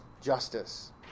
justice